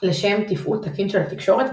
לשם תפעול תקין של התקשורת,